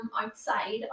outside